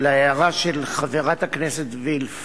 להערה של חברת הכנסת וילף